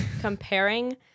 comparing